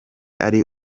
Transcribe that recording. ari